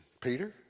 Peter